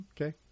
Okay